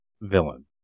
villain